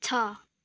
छ